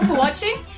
watching.